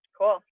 Cool